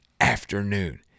afternoon